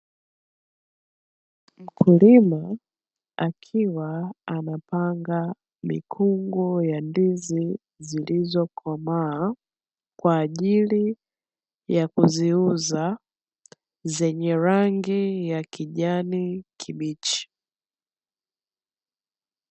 Mkulima akiwa anapanga mikungu ya ndizi zilizokomaa kwa ajili ya kuziuza, zenye rangi ya kijani kibichi.